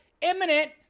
imminent